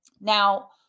Now